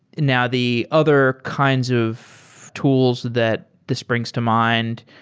now the other kinds of tools that this brings to mind,